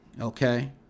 okay